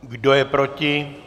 Kdo je proti?